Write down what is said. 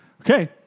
Okay